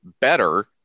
better